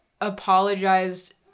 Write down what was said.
apologized